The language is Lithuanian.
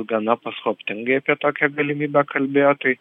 gana paslaptingai apie tokią galimybę kalbėjo tai